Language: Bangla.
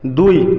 দুই